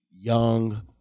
Young